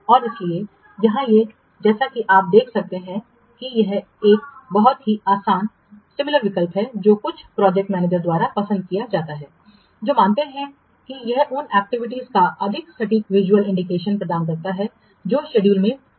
और इसलिए यहां ये जैसा कि आप देख सकते हैं कि यह एक बहुत ही समान विकल्प है जो कुछ प्रोजेक्ट मैनेजरस द्वारा पसंद किया जाता है जो मानते हैं कि यह उन एक्टिविटीज का अधिक सटीक विजुअल इंडिकेशन प्रदान करता है जो शेड्यूल में प्रगति नहीं कर रहे हैं